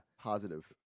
Positive